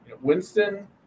Winston